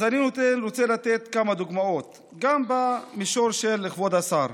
אני רוצה לתת כמה דוגמאות, גם במישור של כבוד השר.